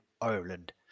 Ireland